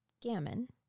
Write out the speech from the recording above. Gammon